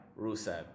Rusev